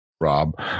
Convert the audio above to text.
rob